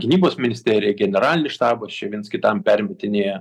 gynybos ministerija generalinis štabas čia viens kitam permetinėja